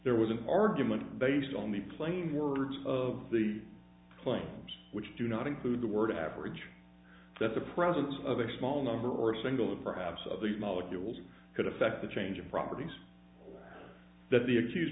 there was an argument based on the plain words of the claims which do not include the word average that the presence of a small number or a single or perhaps of these molecules could affect the change of properties that the accused